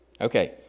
Okay